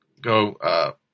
go